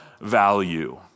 value